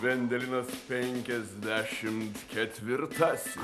vendelinas penkiasdešimt ketvirtasis